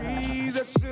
Jesus